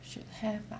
should have lah